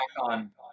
on